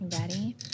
Ready